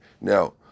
Now